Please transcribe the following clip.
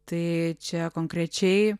tai čia konkrečiai